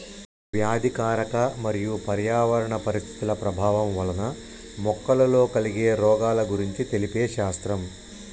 వ్యాధికారక మరియు పర్యావరణ పరిస్థితుల ప్రభావం వలన మొక్కలలో కలిగే రోగాల గురించి తెలిపే శాస్త్రం